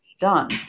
done